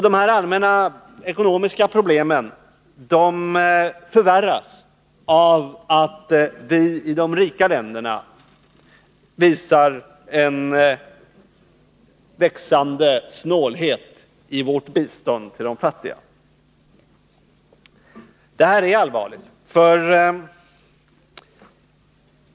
De här allmänna ekonomiska problemen förvärras av att vi i de rika länderna visar en växande snålhet i vårt bistånd till de fattiga. Detta är allvarligt.